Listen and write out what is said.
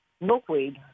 milkweed